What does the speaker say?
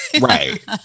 right